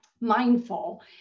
mindful